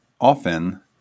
often